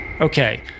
Okay